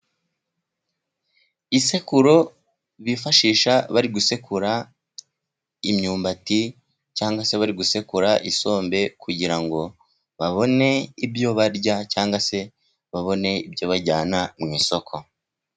Isekururo bifashisha bari gusekura imyumbati cyangwa se bari gusekura isombe, kugira ngo babone ibyo barya cyangwa se babone ibyo bajyana mu isoko.